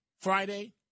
Friday